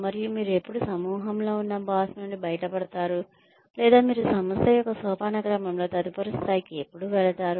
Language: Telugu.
మరియు మీరు ఎప్పుడు సమూహంలో ఉన్న బాస్ నుండి బయటపడతారు లేదా మీరు సంస్థ యొక్క సోపానక్రమంలో తదుపరి స్థాయికి ఎప్పుడు వెళతారు